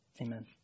Amen